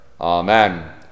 Amen